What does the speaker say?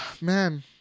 man